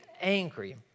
angry